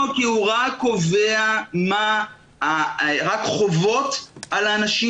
לא, כי הוא רק קובע חובות על האנשים.